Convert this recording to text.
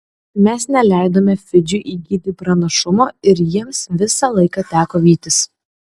mes neleidome fidžiui įgyti pranašumo ir jiems visą laiką teko vytis